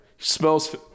Smells